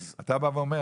אז אתה בא ואומר,